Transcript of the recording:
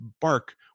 bark